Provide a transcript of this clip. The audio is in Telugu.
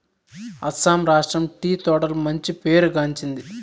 అస్సాం రాష్ట్రం టీ తోటలకు మంచి పేరు గాంచింది